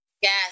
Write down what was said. Yes